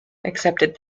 accepted